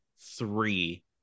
three